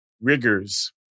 rigors